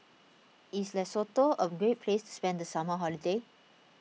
is Lesotho a great place to spend the summer holiday